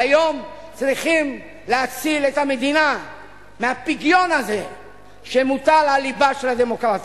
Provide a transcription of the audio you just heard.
והיום צריכים להציל את המדינה מהפגיון הזה שמוטל על לבה של הדמוקרטיה.